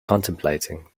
contemplating